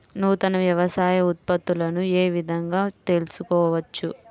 నూతన వ్యవసాయ ఉత్పత్తులను ఏ విధంగా తెలుసుకోవచ్చు?